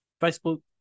Facebook